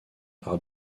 par